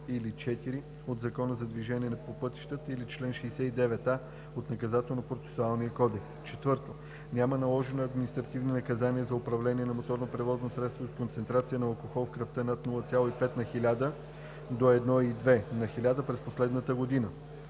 или 4 от Закона за движението по пътищата или чл. 69а от Наказателно-процесуалния кодекс; 4. няма наложени административни наказания за управление на моторно превозно средство с концентрация на алкохол в кръвта над 0,5 на хиляда до 1,2 на хиляда през последната година;